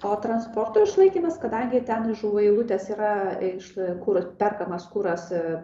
o transporto išlaikymas kadangi ten iš žuvų eilutės yra iš kur perkamas kuras